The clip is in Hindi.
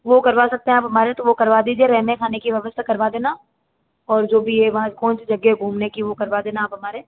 वो करवा सकते हैं आप हमारे तो वो करवा दीजिए रहने खाने की व्यवस्था करवा देना और जो भी है वहाँ कौन सी जगह है घूमने की वो करवा देना आप हमारे